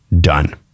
done